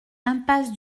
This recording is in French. impasse